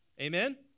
Amen